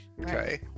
okay